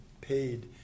paid